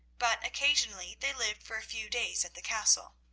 but occasionally they lived for a few days at the castle.